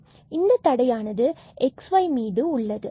இந்தத் தடையானது x y மீது உள்ளது